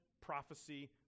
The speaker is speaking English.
prophecy